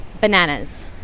bananas